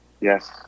Yes